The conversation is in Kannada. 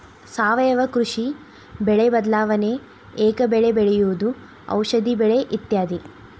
ಸಾವಯುವ ಕೃಷಿ, ಬೆಳೆ ಬದಲಾವಣೆ, ಏಕ ಬೆಳೆ ಬೆಳೆಯುವುದು, ಔಷದಿ ಬೆಳೆ ಇತ್ಯಾದಿ